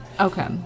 Okay